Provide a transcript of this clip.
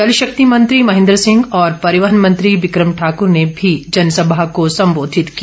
जल शक्ति मंत्री महेंद्र सिंह और परिवहन मंत्री बिक्रम ठाकुर ने भी जनसभा को संबोधित किया